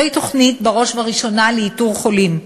זוהי בראש ובראשונה תוכנית לאיתור החולים,